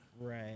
Right